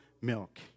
milk